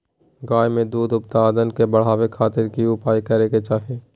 गाय में दूध उत्पादन के बढ़ावे खातिर की उपाय करें कि चाही?